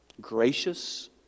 gracious